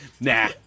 Nah